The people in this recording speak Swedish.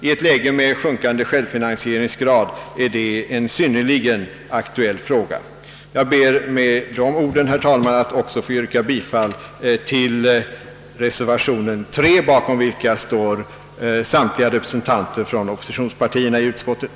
I ett läge med sjunkande självfinansieringsgrad är det en synnerligen aktuell fråga. Jag ber med: dessa ord, herr talman, att få yrka bifall också till reservation 3, bakom vilken står samtliga representanter för oppositionspartierna i utskottet.